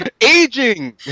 aging